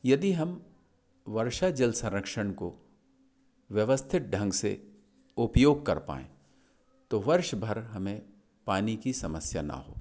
यदि हम वर्षा जल संरक्षण को व्यवस्थित ढंग से उपयोग कर पाएँ तो वर्ष भर हमें पानी की समस्या न हो